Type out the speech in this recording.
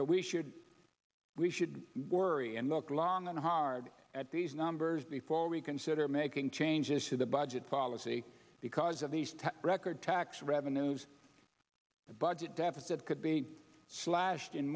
that we should we should worry and look long and hard at these numbers before we consider making changes to the budget policy because of these record tax revenues the budget deficit could be slashed in